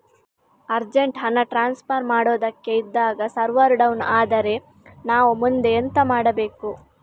Urgent ಹಣ transfer ಮಾಡೋದಕ್ಕೆ ಇದ್ದಾಗ ಸರ್ವರ್ ಡೌನ್ ಆದರೆ ನಾವು ಮುಂದೆ ಎಂತ ಮಾಡಬೇಕು?